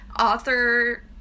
author